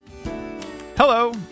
hello